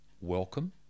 welcome